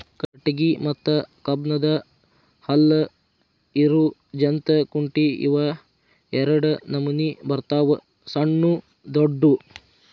ಕಟಗಿ ಮತ್ತ ಕಬ್ಬನ್ದ್ ಹಲ್ಲ ಇರು ಜಂತ್ ಕುಂಟಿ ಇವ ಎರಡ ನಮೋನಿ ಬರ್ತಾವ ಸಣ್ಣು ದೊಡ್ಡು